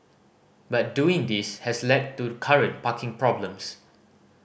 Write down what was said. but doing this has led to current parking problems